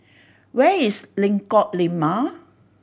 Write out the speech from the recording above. where is Lengkok Lima